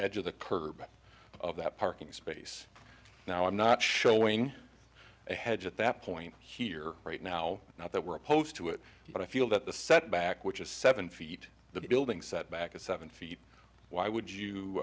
edge of the curb out of that parking space now i'm not showing a hedge at that point here right now now that we're opposed to it but i feel that the setback which is seven feet the building setback is seven feet why would you